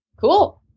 cool